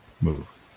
move